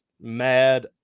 mad